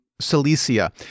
Cilicia